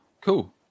Cool